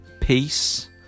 peace